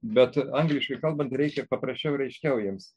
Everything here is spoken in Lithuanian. bet angliškai kalbant reikia paprasčiau ir aiškiau jiems